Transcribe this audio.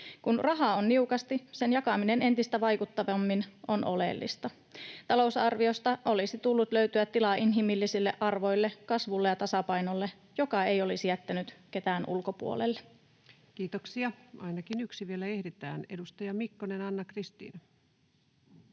Kun rahaa on niukasti, sen jakaminen entistä vaikuttavammin on oleellista. Talousarviosta olisi tullut löytyä tilaa inhimillisille arvoille, kasvulle ja tasapainolle, joka ei olisi jättänyt ketään ulkopuolelle. [Speech 493] Speaker: Ensimmäinen varapuhemies